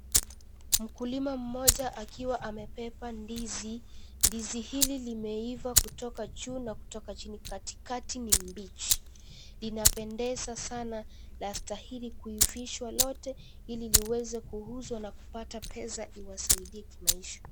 Mkulima mmoja, akiwa amebeba ndizi. Ndizi hili limeiva kutoka juu na kutoka chini, katikati ni mbichi. Linapendeza sana, lastahili kuivishwa lote, ili liweze kuuzwa na kupata pesa iwasaidie kimaisha.